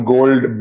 Gold